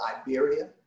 Iberia